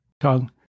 tongue